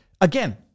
Again